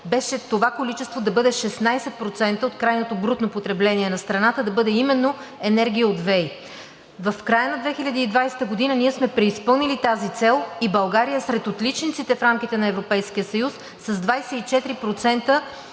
беше това количество да бъде 16% от крайното брутно потребление на страната да бъде именно енергия от ВЕИ. В края на 2020 г. ние сме преизпълнили тази цел и България е сред отличниците в рамките на Европейския съюз – с 24%